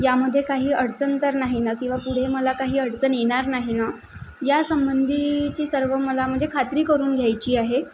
यामध्ये काही अडचण तर नाही ना किंवा पुढे मला काही अडचण येणार नाही या संबंधीची सर्व मला म्हणजे खात्री करून घ्यायची आहे